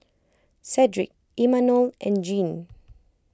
Cedric Imanol and Jean